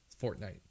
Fortnite